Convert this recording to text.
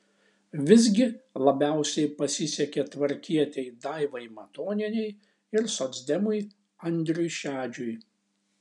visgi labiausiai pasisekė tvarkietei daivai matonienei ir socdemui andriui šedžiui